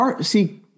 See